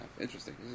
Interesting